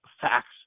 facts